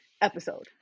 episode